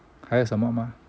还有什么吗